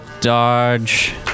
Dodge